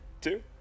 two